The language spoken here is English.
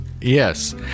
Yes